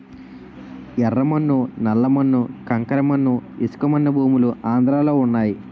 యెర్ర మన్ను నల్ల మన్ను కంకర మన్ను ఇసకమన్ను భూములు ఆంధ్రలో వున్నయి